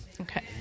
Okay